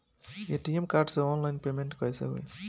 ATM card से online payment कैसे होई?